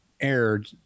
aired